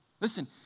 Listen